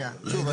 שוב,